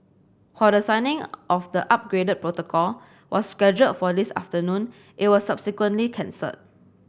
while the signing of the upgraded protocol was scheduled for this afternoon it was subsequently cancelled